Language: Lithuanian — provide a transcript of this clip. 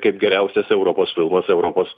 kaip geriausias europos filmas europos